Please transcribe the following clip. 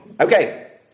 Okay